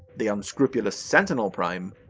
the unscrupulous sentinel prime,